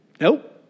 Nope